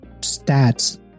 stats